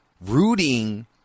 rooting